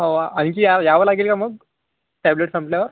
हो आ आणखी यावं यावं लागेल का मग टॅब्लेट संपल्यावर